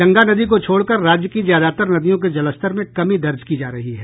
गंगा नदी को छोड़कर राज्य की ज्यादातर नदियों के जलस्तर में कमी दर्ज की जा रही है